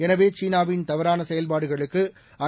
எனவே சீனாவின்தவறானசெயல்பாடுகளுக்கு ஐ